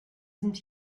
sind